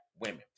women